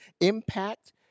impact